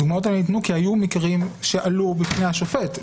הדוגמאות האלה ניתנו כי היו מקרים שעלו בפני השופט,